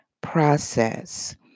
process